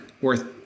worth